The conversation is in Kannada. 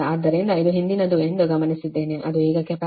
ಆದ್ದರಿಂದ ಇದು ಹಿಂದಿನದು ಎಂದು ಗಮನಿಸಿದ್ದೇವೆ ಅದು ಈಗ ಕೆಪಾಸಿಟರ್ ಇಲ್ಲದೆ ಮೈನಸ್ 36